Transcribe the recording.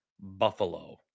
Buffalo